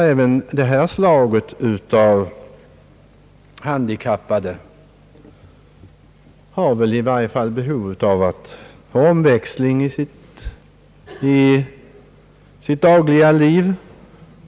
även denna kategori av handikappade har väl ett behov av att få omväxling i sitt dagliga liv.